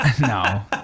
No